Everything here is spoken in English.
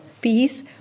peace